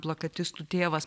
plakatistų tėvas